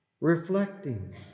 reflecting